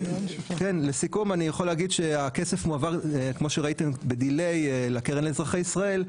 לסיכום אני יכול להגיד שהכסף מועבר בדילי לקרן לאזרחי ישראל.